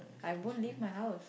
I won't leave my house